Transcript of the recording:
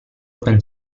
open